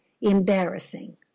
embarrassing